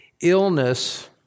Illness